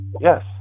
yes